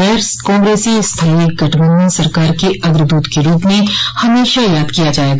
गैर कांग्रेसी स्थायी गठबंधन सरकार के अग्रदूत के रूप में हमेशा याद किया जाएगा